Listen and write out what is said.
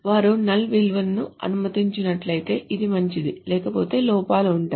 వారు నల్ విలువలను అనుమతించినట్లయితే ఇది మంచిది లేకపోతే లోపాలు ఉంటాయి